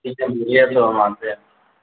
ٹھیک ہے ملیے ابھی ہم آتے ہیں